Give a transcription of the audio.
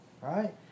right